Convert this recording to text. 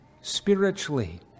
spiritually